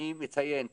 אני מציין פה,